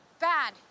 bad